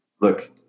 look